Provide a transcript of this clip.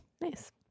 nice